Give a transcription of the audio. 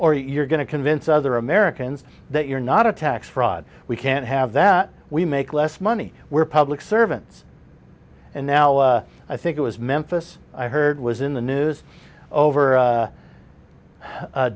or you're going to convince other americans that you're not a tax fraud we can't have that we make less money we're public servants and now i think it was memphis i heard was in the news over a